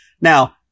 Now